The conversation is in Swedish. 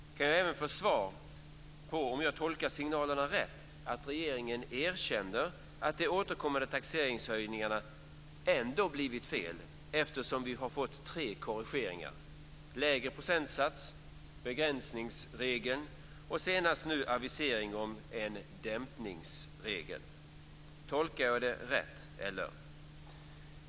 Jag skulle också vilja ha ett svar på frågan om jag tolkar signalerna rätt, att regeringen egentligen erkänner att de återkommande taxeringshöjningarna har blivit fel, eftersom det har gjorts tre korrigeringar. Det har införts lägre procentsatser och en begränsningsregel och nu senast har det kommit en avisering om en dämpningsregel. Är min tolkning rätt, eller?